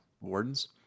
Wardens